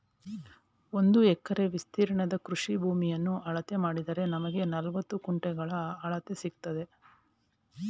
ಒಂದು ಎಕರೆ ವಿಸ್ತೀರ್ಣದ ಕೃಷಿ ಭೂಮಿಯನ್ನ ಅಳತೆ ಮಾಡಿದರೆ ನಮ್ಗೆ ನಲವತ್ತು ಗುಂಟೆಗಳ ಅಳತೆ ಸಿಕ್ತದೆ